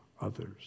others